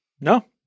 No